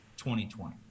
2020